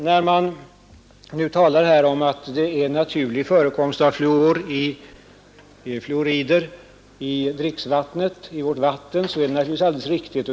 När man talar om en naturlig förekomst av fluorider i vårt vatten, så är det naturligtvis alldeles riktigt.